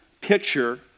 picture